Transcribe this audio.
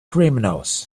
criminals